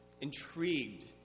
intrigued